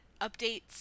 updates